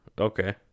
okay